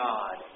God